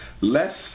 less